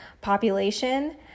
population